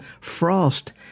frost